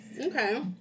Okay